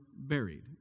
buried